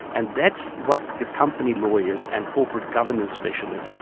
and that's what the company lawyers and corporate governance specialists,